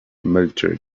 military